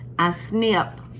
i snip